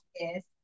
Yes